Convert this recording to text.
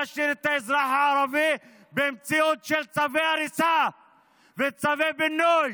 להשאיר את האזרח הערבי במציאות של צווי הריסה וצווי פינוי.